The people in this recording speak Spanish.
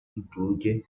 incluye